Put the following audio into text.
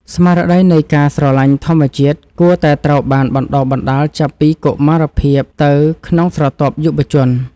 ស្មារតីនៃការស្រឡាញ់ធម្មជាតិគួរតែត្រូវបានបណ្តុះបណ្តាលចាប់ពីកុមារភាពទៅក្នុងស្រទាប់យុវជន។